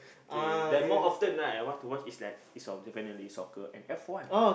K the more often ah I want to watch is like definitely soccer and F-one